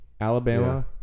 Alabama